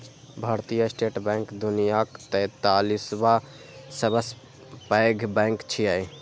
भारतीय state bank दुनियाक तैंतालिसवां सबसं पैघ बैंक छियै